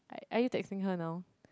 are are you texting her now